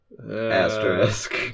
Asterisk